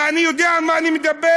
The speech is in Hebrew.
ואני יודע על מה אני מדבר.